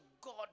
God